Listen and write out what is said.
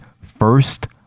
first